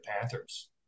Panthers